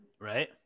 Right